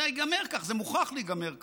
זה ייגמר כך, זה מוכרח להיגמר כך.